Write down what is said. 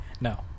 No